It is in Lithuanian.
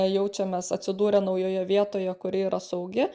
jaučiamės atsidūrę naujoje vietoje kuri yra saugi